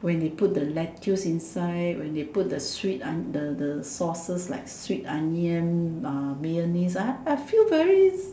when they put the lettuce inside when they put the sweet onion the the sauces like sweet onion uh mayonnaise ah I feel very